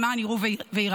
למען יראו וייראו.